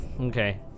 Okay